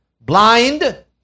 Blind